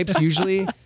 usually